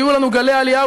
היו לנו גלי עלייה,